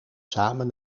samen